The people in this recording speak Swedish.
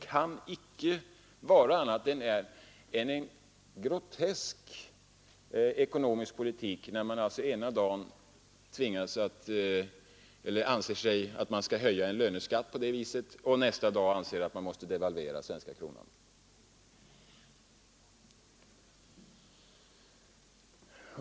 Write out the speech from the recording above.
Det måste vara groteskt att föra en sådan ekonomisk politik att man ena dagen anser sig behöva höja löneskatten och nästa dag anser att man måste devalvera den svenska kronan.